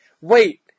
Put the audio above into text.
wait